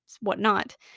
whatnot